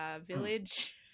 village